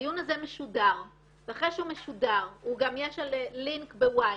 והדיון הזה משודר ואחרי שהוא משודר גם יש לינק ב-ynet,